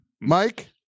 Mike